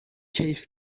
کیف